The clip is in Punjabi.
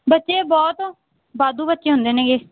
ਬੱਚੇ ਬਹੁਤ ਵਾਧੂ ਬੱਚੇ ਹੁੰਦੇ ਨੇਗੇ